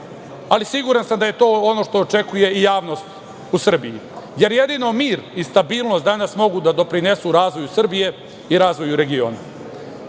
ali siguran sam da je to ono što očekuje i javnost u Srbiji, jer jedino mir i stabilnost danas mogu da doprinesu razvoju Srbije i razvoju regiona. Imate